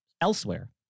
elsewhere